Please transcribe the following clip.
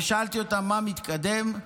שאלתי אותם מה מתקדם,